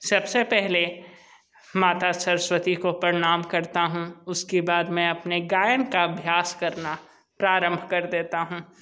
सबसे पहले माता सरस्वती को प्रणाम करता हूँ उसके बाद मैं अपने गायन का अभ्यास करना प्रारंभ कर देता हूँ